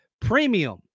premium